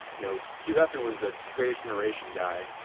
you know hugh hefner was a greatest generation guy,